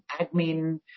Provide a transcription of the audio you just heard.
admin